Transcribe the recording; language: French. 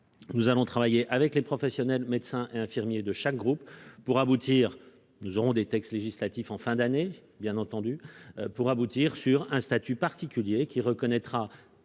Nous allons travailler avec les professionnels, médecins, infirmiers de chaque groupe pour aboutir, nous aurons des textes législatifs en fin d'année, bien entendu pour aboutir sur un statut particulier qui reconnaîtra